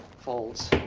folds.